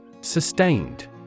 Sustained